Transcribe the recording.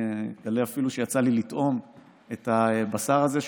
אני אגלה אפילו שיצא לי לטעום את הבשר הזה,